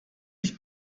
ich